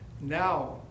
now